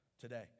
today